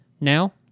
Now